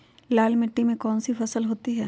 लाल मिट्टी में कौन सी फसल होती हैं?